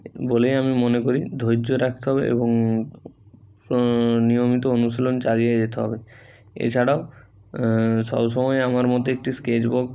বলেই আমি মনে করি ধৈয্য রাখতে হবে এবং নিয়মিত অনুশীলন চালিয়ে যেতে হবে এছাড়াও সব সময় আমার মধ্যে একটি স্কেচ বুক